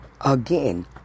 Again